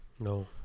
no